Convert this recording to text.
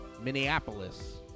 Minneapolis